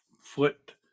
foot